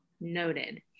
Noted